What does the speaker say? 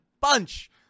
bunch